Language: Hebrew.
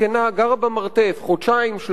גרה במרתף חודשיים-שלושה,